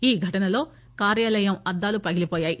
ఈ ఘనటలో కార్యాలయం అద్దాలు పగిలిపోయాయి